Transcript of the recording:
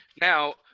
Now